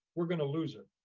we're gonna lose it.